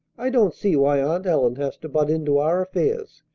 i don't see why aunt ellen has to butt into our affairs.